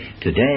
Today